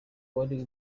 wari